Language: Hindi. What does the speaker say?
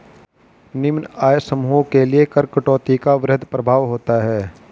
निम्न आय समूहों के लिए कर कटौती का वृहद प्रभाव होता है